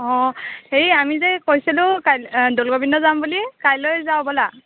অঁ হেৰি আমি যে কৈছিলোঁ দৌলগোবিন্দ যাম বুলি কাইলৈ যাওঁ ব'লা